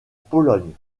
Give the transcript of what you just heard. pologne